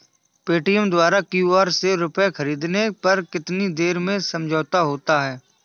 Paytm द्वारा QR से रूपए ख़रीदने पर कितनी देर में समझौता होता है?